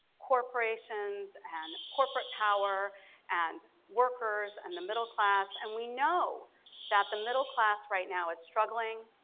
corporations and corporate power and workers and the middle class and we know that the middle class right now is struggling,